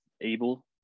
able